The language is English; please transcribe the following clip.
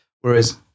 whereas